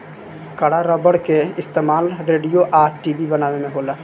कड़ा रबड़ के इस्तमाल रेडिओ आ टी.वी बनावे में होला